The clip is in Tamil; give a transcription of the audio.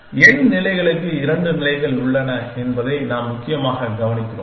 n நிலைகளுக்கு இரண்டு நிலைகள் உள்ளன என்பதை நாம் முக்கியமாகக் கவனிக்கிறோம்